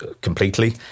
completely